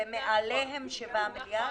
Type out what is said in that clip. ומעליהם 7 מיליארד?